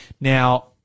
Now